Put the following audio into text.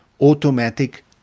Automatic